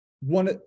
one